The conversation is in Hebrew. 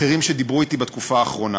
אחרים שדיברו אתי בתקופה האחרונה.